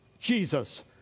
Jesus